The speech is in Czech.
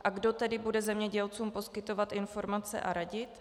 A kdo tedy bude zemědělcům poskytovat informace a radit?